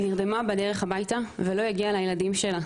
היא נרדמה בדרך הביתה ולא הגיעה לילדים שלה.